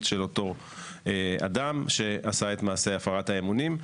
של אותו אדם שעשה את מעשה הפרת האמונים,